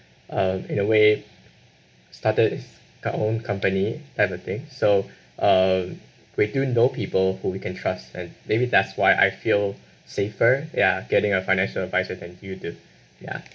um in a way started is our own company everything so uh we do know people who we can trust and maybe that's why I feel safer ya getting a financial adviser than you do ya